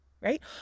Right